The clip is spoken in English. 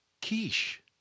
quiche